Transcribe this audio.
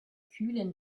kühlen